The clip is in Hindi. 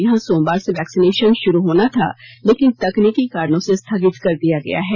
यहां सोमवार से वैक्सीनेशन शुरू होना था लेकिन तकनीकी कारणों से स्थगित कर दिया गया है